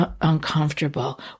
uncomfortable